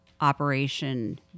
operation